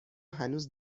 هنوز